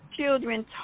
children